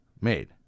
made